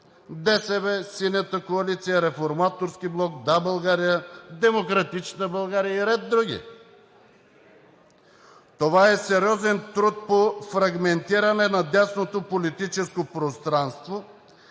ДСБ, Синята коалиция, Реформаторският блок, „Да, България“, „Демократична България“ и ред други. Това е сериозен труд по фрагментиране на дясното политическо пространство